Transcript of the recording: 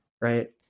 right